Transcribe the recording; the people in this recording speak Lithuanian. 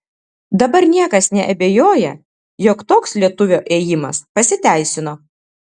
dabar niekas neabejoja jog toks lietuvio ėjimas pasiteisino